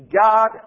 God